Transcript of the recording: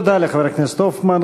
תודה לחבר הכנסת הופמן.